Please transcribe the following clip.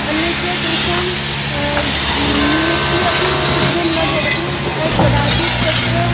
अन्यच्च तेषां नियुक्तिः अपि शीघ्रं न भवति अत् कदाचित् तत्र